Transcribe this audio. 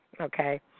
okay